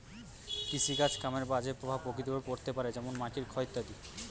কৃষিকাজ কামের বাজে প্রভাব প্রকৃতির ওপর পড়তে পারে যেমন মাটির ক্ষয় ইত্যাদি